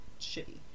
shitty